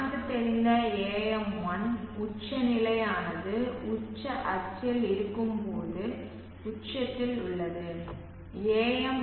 நமக்குத் தெரிந்த AM1 உச்சநிலையானது உச்ச அச்சில் இருக்கும்போது உச்சத்தில் உள்ளது